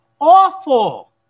Awful